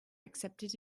accepted